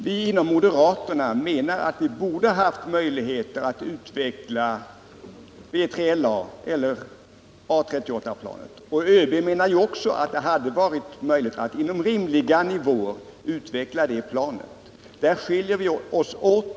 Herr talman! Vi moderater menar att det borde ha funnits möjligheter att utveckla B3LA eller A 38-planet. ÖB anser också att det borde ha varit möjligt att inom rimliga nivåer utveckla det planet. Där skiljer vi oss åt.